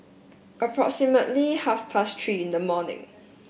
approximately half past Three in the morning